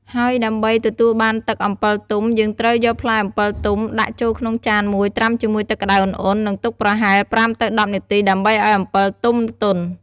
ហើយដើម្បីទទួលបានទឹកអំពិលទុំ យើងត្រូវយកផ្លែអំពិលទុំដាក់ចូលក្នុងចានមួយត្រាំជាមួយទឹកក្ដៅឧណ្ហៗ និងទុកប្រហែល ៥ទៅ១០ នាទី ដើម្បីឱ្យអំពិលទុំទន់។